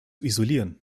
isolieren